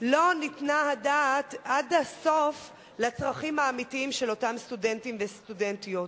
לא ניתנה הדעת עד הסוף לצרכים האמיתיים של אותם סטודנטים וסטודנטיות.